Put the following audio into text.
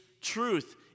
truth